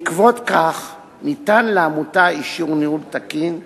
בעקבות זאת ניתן לעמותה אישור ניהול תקין,